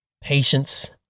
patience